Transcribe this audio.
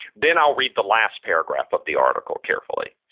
then i'll read the last paragraph of the article carefully.